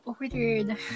ordered